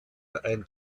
ein